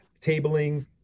tabling